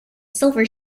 silver